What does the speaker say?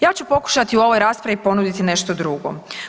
Ja ću pokušati u ovoj raspravi ponuditi nešto drugo.